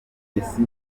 messi